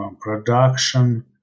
production